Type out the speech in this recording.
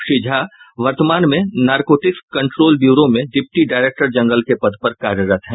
श्री झा वर्तमान में narcotics control bureau में डिप्टी डायरेक्टर जनरल के पद पर कार्यरत हैं